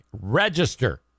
Register